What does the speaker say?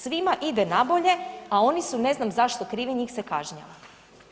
Svima ide na bolje, a oni su ne znam zašto krivi, njih se kažnjava.